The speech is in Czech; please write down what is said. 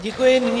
Děkuji.